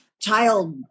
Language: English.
Child